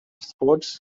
sports